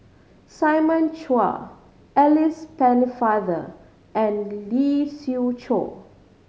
Simon Chua Alice Pennefather and Lee Siew Choh